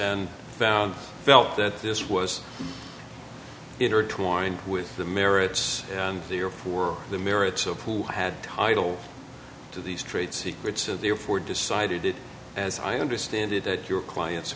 and found felt that this was intertwined with the merits and therefore the merits of who had title to these trade secrets so therefore decided as i understand it that your client